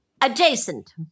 Adjacent